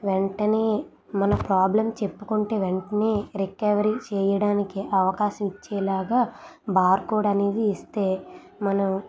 వెంటనే మన ప్రాబ్లం చెప్పకుంటే వెంటనే రికవరీ చేయడానికి అవకాశం ఇచ్చేలాగా బార్కోడ్ అనేది ఇస్తే మనం